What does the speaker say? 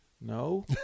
no